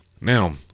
now